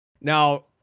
Now